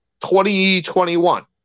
2021